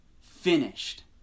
finished